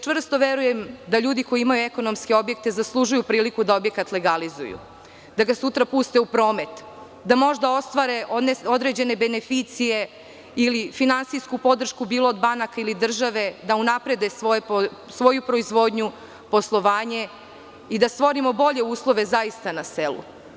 Čvrsto verujem da ljudi koji imaju ekonomske objekte zaslužuju priliku da objekat legalizuju, da ga sutra puste u promet, da možda ostvare određene beneficije ili finansijsku podršku, bilo od banaka ili države, da unaprede svoju proizvodnju, poslovanje i da stvorimo zaista bolje uslove na selu.